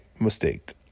mistake